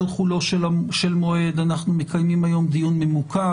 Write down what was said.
חולו של מועד אנחנו מקיימים היום דיון ממוקד,